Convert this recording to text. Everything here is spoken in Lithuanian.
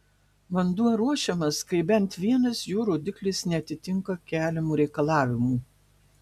vanduo ruošiamas kai bent vienas jo rodiklis neatitinka keliamų reikalavimų